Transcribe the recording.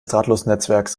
drahtlosnetzwerks